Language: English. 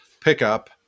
pickup